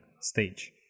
stage